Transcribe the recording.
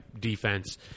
defense